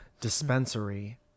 Dispensary